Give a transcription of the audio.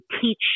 teach